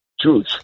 truth